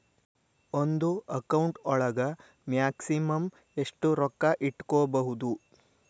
ಒಂದು ಅಕೌಂಟ್ ಒಳಗ ಮ್ಯಾಕ್ಸಿಮಮ್ ಎಷ್ಟು ರೊಕ್ಕ ಇಟ್ಕೋಬಹುದು?